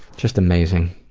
just amazing.